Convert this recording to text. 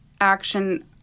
action